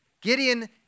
Gideon